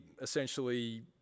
essentially